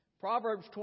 Proverbs